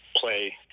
play